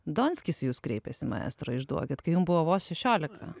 donskis į jus kreipėsi maestro išduokit kai jums buvo vos šešiolika